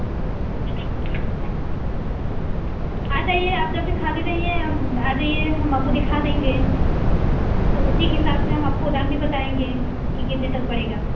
आ जाीए आप जब भी खाली रहिए आ जाईए हम आपको दिखा देंगे तो उसी के हिसाब से हम आपको दाम भी बताएँगे कि कितने तक पड़ेगा